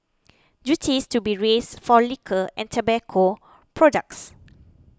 duties to be raised for liquor and tobacco products